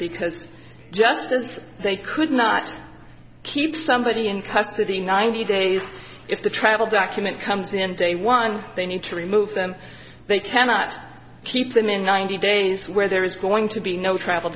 because just as they could not keep somebody in custody ninety days if the travel document comes in day one they need to remove them they cannot keep them in ninety days where there is going to be no travel